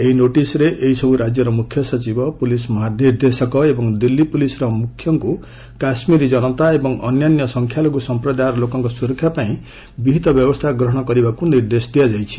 ଏହି ନୋଟିସ୍ରେ ଏହିସବୁ ରାଜ୍ୟର ମୁଖ୍ୟସଚିବ ପୁଲିସ ମହାନିର୍ଦ୍ଦେଶକ ଏବଂ ଦିଲ୍ଲୀ ପୁଲିସର ମୁଖ୍ୟଙ୍କୁ କାଶ୍ମୀର ଜନତା ଏବଂ ଅନ୍ୟାନ୍ୟ ସଂଖ୍ୟାଲଘୁ ସଂପ୍ରଦାୟର ଲୋକଙ୍କ ସୁରକ୍ଷା ପାଇଁ ବିହିତ ବ୍ୟବସ୍ଥା ଗ୍ରହଣ କରିବାକୁ ନିର୍ଦ୍ଦେଶ ଦିଆଯାଇଛି